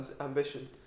ambition